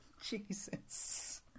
Jesus